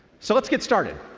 so let's get started.